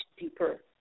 deeper